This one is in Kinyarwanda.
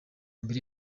mbere